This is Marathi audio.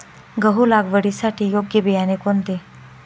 गहू लागवडीसाठी योग्य बियाणे कोणते?